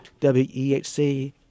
WEHC